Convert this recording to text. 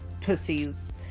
pussies